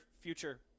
future –